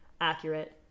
accurate